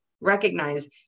recognize